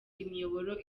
imiyoboro